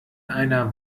einer